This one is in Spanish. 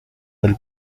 del